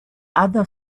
other